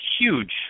huge